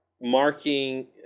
marking